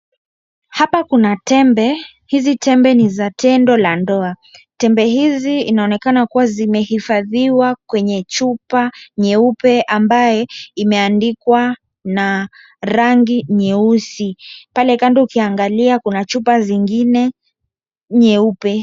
Hapa kuna tembe, hizi tembe ni za tendo la ndoa. Tembe hizi inaonekana kuwa zimehifadhiwa kwenye chupe nyeupe ambaye imeandikwa na rangi nyeusi. Pale kando ukiangalia kuna chupa zingine, nyeupe.